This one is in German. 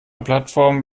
plattformen